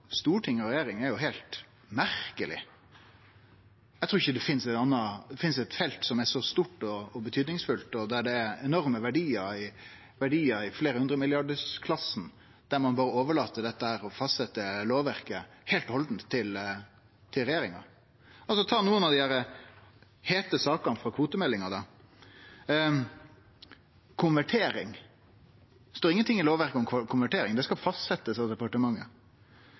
og regjering er heilt merkeleg. Eg trur ikkje det finst eit felt som er så stort og betydingsfullt og med enorme verdiar i hundremilliardarklassen, der ein berre overlet dette med å fastsetje lovverket heilt og halde til regjeringa. La oss ta nokre av dei heite sakene frå kvotemeldinga, f.eks. konvertering. Det står ingenting i lovverket om konvertering. Det skal fastsetjast av departementet.